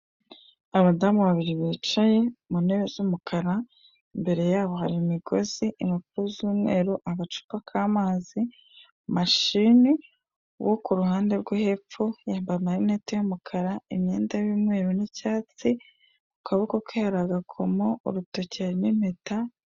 Utubati twiza dushyashya bari gusiga amarangi ukaba wadukoresha ubikamo ibintu yaba imyenda, ndetse n'imitako.